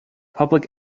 public